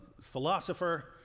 philosopher